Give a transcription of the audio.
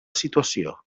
situació